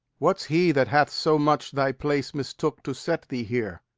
what's he that hath so much thy place mistook to set thee here?